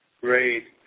great